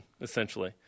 essentially